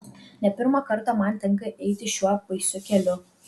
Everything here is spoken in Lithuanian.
ne pirmą kartą man tenka eiti šiuo baisiu keliu